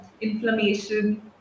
inflammation